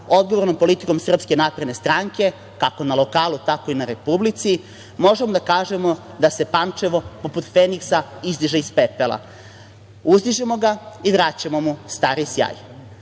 odgovornom politikom SNS, kako na lokalu, tako i na Republici, možemo da kažemo da se Pančevo poput feniksa izdiže iz pepela. Uzdižemo ga i vraćamo mu stari